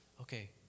okay